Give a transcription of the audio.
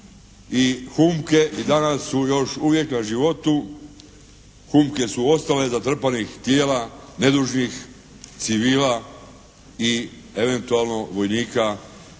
humke i danas su još uvijek na životu. Humke su ostale zatrpanih tijela nedužnih civila i eventualno vojnika